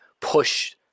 push